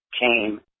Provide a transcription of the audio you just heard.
came